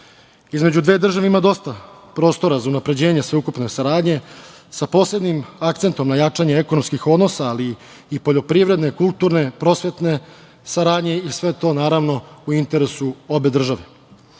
sela. Između dve države ima dosta prostora za unapređenje sveukupne saradnje, sa posebnim akcentom na jačanje ekonomskih odnosa, ali i poljoprivredne, kulturne, prosvetne saradnje, jer je sve to u interesu obe države. Imajući